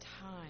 time